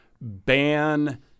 ban